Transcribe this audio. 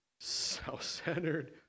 self-centered